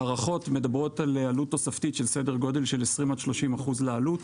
ההערכות מדברות על עלות תוספתית של סדר גודל של 30%-20% לעלות,